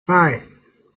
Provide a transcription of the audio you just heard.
five